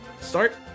start